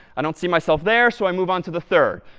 i don't see myself there, so i move on to the third.